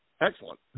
Excellent